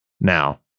Now